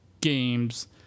games